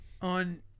on